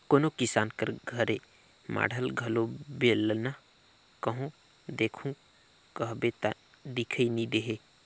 कोनो किसान कर घरे माढ़ल घलो बेलना कहो देखहू कहबे ता दिखई नी देहे